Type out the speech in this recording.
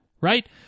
Right